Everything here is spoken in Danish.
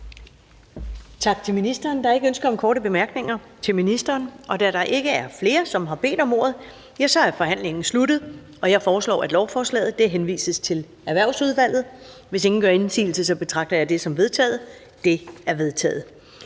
Tak til ministeren. Der er ikke ønske om korte bemærkninger til ministeren. Da der ikke er flere, som har bedt om ordet, er forhandlingen sluttet. Jeg foreslår, at lovforslaget henvises til Erhvervsudvalget. Hvis ingen gør indsigelse, betragter det som vedtaget. Det er vedtaget.